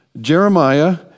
Jeremiah